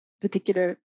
particular